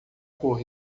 por